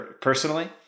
personally